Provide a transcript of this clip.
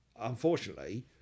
unfortunately